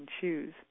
choose